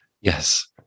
Yes